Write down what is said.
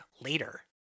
later